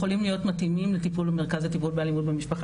לא בהכרח יכולים להיות מתאימים לטיפול במרכז לטיפול באלימות במשפחה,